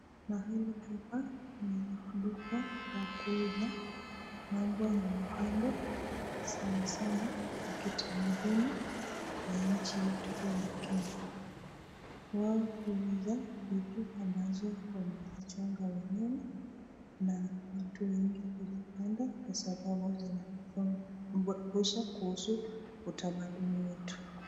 Mahali hapa ni duka la kuuza mambo ya mabambo sana sana ya kitamaduni ya nchi yetu hii ya Kenya. Wao huuza vitu ambazo wamezichonga wenyewe na watu wengi hupenda kwa sababu zinatukumbusha kuhusu utamaduni wetu.